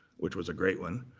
which was a great one.